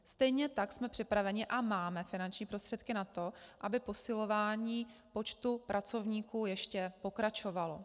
Stejně tak jsme připraveni a máme finanční prostředky na to, aby posilování počtu pracovníků ještě pokračovalo.